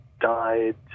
died